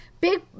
big